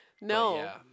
no